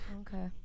Okay